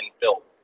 built